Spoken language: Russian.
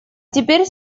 теперь